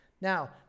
Now